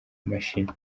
mashini